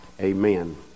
amen